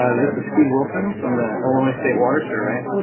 ah this is steve wilson from the illinois state water survey,